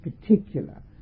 particular